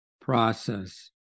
process